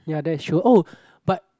ya that is true oh but